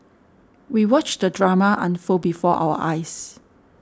we watched the drama unfold before our eyes